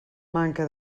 manca